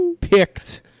picked